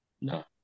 No